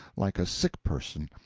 like a sick person.